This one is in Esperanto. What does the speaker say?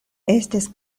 estis